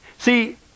See